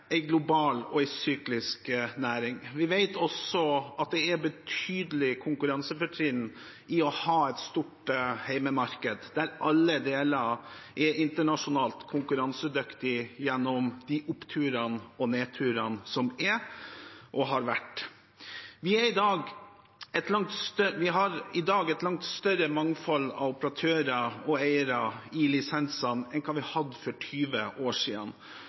global og syklisk næring. Vi vet også at det er et betydelig konkurransefortrinn i å ha et stort hjemmemarked, der alle deler er internasjonalt konkurransedyktig gjennom de oppturene og nedturene som er, og som har vært. Vi har i dag et langt større mangfold av operatører og eiere i lisensene enn hva vi hadde for 20 år siden,